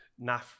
NAF